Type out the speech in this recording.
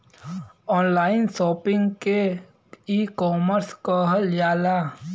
online shopping के ecommerce कहल जाला